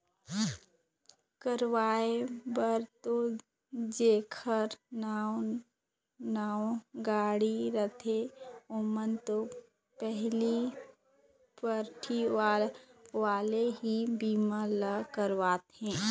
करवाय बर तो जेखर नवा नवा गाड़ी रथे ओमन तो पहिली पारटी वाले ही बीमा ल करवाथे